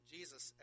Jesus